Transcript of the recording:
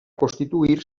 constituir